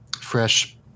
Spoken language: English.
Fresh